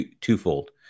twofold